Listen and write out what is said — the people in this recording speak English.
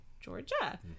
georgia